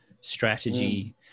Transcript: strategy